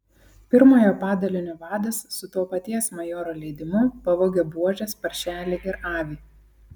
pirmojo padalinio vadas su to paties majoro leidimu pavogė buožės paršelį ir avį